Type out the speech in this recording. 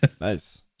nice